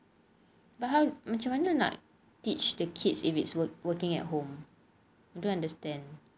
but how macam mana nak teach the kids if it's working at home I don't understand